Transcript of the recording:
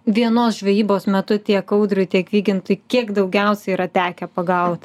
vienos žvejybos metu tiek audriui tiek vygintui kiek daugiausia yra tekę pagauti